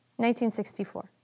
1964